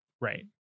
Right